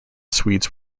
swedes